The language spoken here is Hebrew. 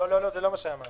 זה לא מה שאמרתי.